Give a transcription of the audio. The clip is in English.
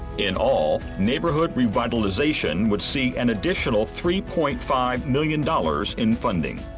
in all, neighborhood revitalization would see an additional three point five million dollars in funding.